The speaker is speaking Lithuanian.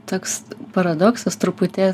toks paradoksas truputį